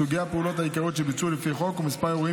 סוגי הפעולות העיקריות שביצעו לפי החוק ומספר אירועים